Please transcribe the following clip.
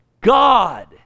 God